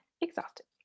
exhausted